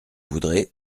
voudrez